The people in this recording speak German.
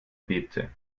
bebte